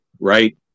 right